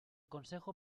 consejo